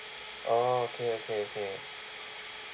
orh okay okay okay